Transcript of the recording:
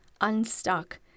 unstuck